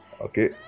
okay